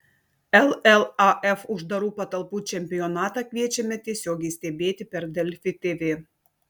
llaf uždarų patalpų čempionatą kviečiame tiesiogiai stebėti per delfi tv